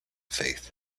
faith